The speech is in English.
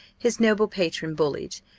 his noble patron bullied.